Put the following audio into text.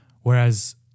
whereas